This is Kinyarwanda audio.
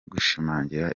gushimangira